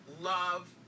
love